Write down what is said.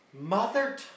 Mother